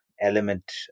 element